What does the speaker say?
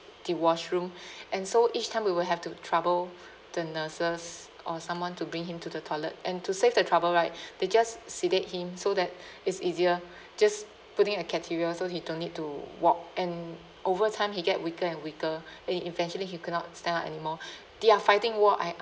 the washroom and so each time we will have to trouble the nurses or someone to bring him to the toilet and to save their trouble right they just sedate him so that it's easier just putting a catheter so he don't need to walk and over time he get weaker and weaker and he eventually he could not stand up anymore they're fighting war I